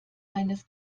eines